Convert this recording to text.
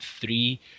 three